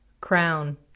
Crown